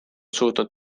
suutnud